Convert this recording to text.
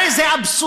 הרי זה אבסורד.